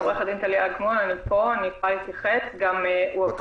עורכת-הדין טליה אגמון, פה, ואני יכולה להתייחס.